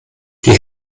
die